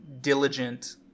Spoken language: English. diligent